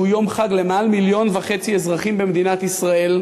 שהוא יום חג למעל 1.5 מיליון אזרחים במדינת ישראל,